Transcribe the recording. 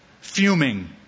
fuming